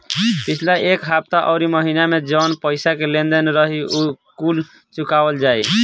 पिछला एक हफ्ता अउरी महीना में जवन पईसा के लेन देन रही उ कुल चुकावल जाई